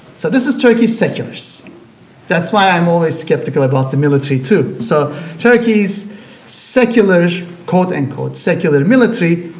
so this is turkey's seculars that's why i'm always skeptical about the military too so turkey's seculars quote unquote secular military,